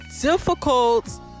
difficult